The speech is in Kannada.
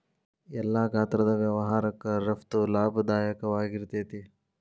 ಎಲ್ಲಾ ಗಾತ್ರದ್ ವ್ಯವಹಾರಕ್ಕ ರಫ್ತು ಲಾಭದಾಯಕವಾಗಿರ್ತೇತಿ